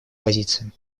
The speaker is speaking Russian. позициям